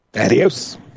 adios